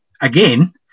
again